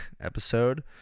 episode